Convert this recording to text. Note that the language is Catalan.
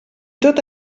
tot